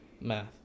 math